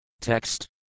Text